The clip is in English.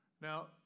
Now